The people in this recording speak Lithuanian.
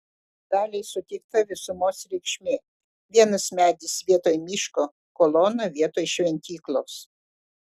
daliai suteikta visumos reikšmė vienas medis vietoj miško kolona vietoj šventyklos